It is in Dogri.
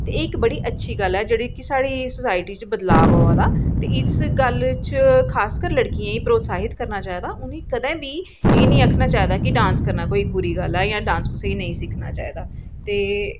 एह् इक्क अच्छी गल्ल ऐ की जेह्ड़ा सोसायटी च अच्छा बदलाव आवा दा ते इस गल्ल पर खास करियै लड़कियें गी प्रतोसाहित करना चाहिदा उनें गी कदें एह् निं आखना चाहिदा कि डांस करना बुरी गल्ल ऐ जां डांस तुसेंगी नेईं सिक्खना चाहिदा ते